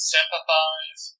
Sympathize